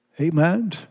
Amen